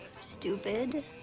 stupid